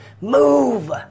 Move